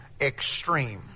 extreme